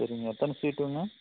சரிங்க எத்தனை சீட்டுங்க